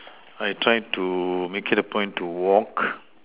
I try to make it a point to walk